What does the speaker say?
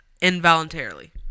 involuntarily